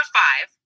five